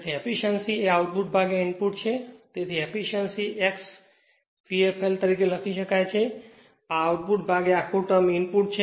તેથી એફીશ્યંસી એ output input છે તેથી એફીશ્યંસી x P fl તરીકે લખી શકાય છે આ આઉટપુટ ભાગ્યા આખું ટર્મ ઇનપુટ છે